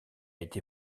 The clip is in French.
été